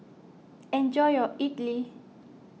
enjoy your Idili